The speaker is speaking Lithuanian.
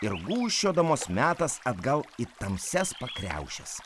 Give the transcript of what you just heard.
ir gūžčiodamos metas atgal į tamsias pakriaušes